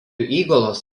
įgulos